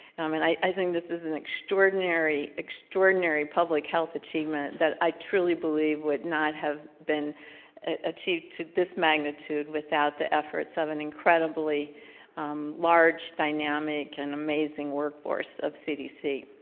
i mean, i think this is an extraordinary, extraordinary public health achievement that i truly believe would not have been achieved to this magnitude without the efforts of an incredibly large dynamic and amazing workforce of cdc.